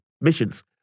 missions